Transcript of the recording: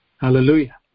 Hallelujah